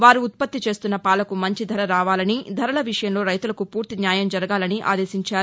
వారు ఉత్పత్తి చేస్తున్న పాలకు మంచి ధర రావాలని ధరల విషయంలో రైతులకు పూర్తి న్యాయం జరగాలని ఆదేశించారు